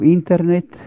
Internet